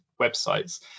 websites